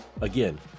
Again